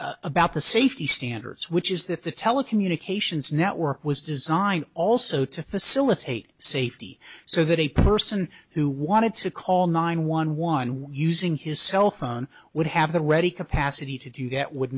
thing about the safety standards which is that the telecommute occasions network was designed also to facilitate safety so that a person who wanted to call nine one one using his cell phone would have the ready capacity to do that would